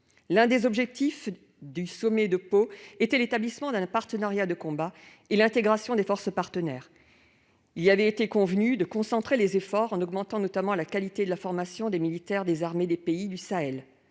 L'un des objectifs du sommet de Pau était l'établissement d'un partenariat de combat pour intégrer les forces partenaires. Dans ce cadre, il a été convenu de concentrer les efforts, notamment pour améliorer la qualité de la formation des militaires des armées des pays du Sahel.